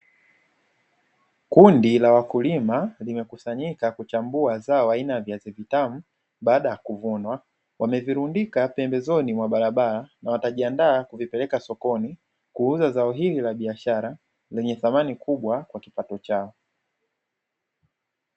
Kundi la wakulima limekusanyika kuchambua zao aina ya viazi vitamu baada ya kuvunwa, wamevirundika pembezoni mwa barabara na watajiandaa kuvipeleka sokoni, kuuza zao hili la biashara lenye thamani kubwa kwa kipato chao.